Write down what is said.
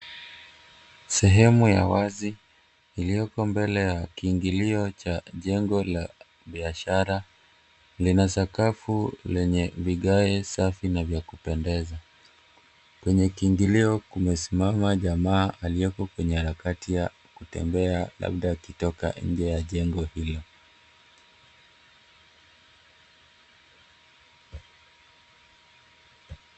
Sehemu ya wazi iliyo mbele ya kiingilio cha jengo la biashara, lina sakafu lenye vigae safi na vya kupendeza. Kwenye kiingilio kumesimama jamaa aliyeko kwenye harakati ya kutembea, labda akitoka nje ya jengo hilo.